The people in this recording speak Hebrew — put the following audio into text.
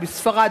בספרד,